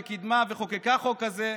קידמה וחוקקה חוק כזה,